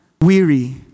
weary